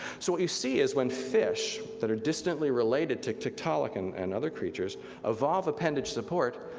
so what you see is when fish, that are distantly related to tiktaalik and and other creatures evolved appendage support,